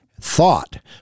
thought